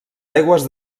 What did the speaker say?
aigües